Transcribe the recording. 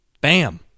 Bam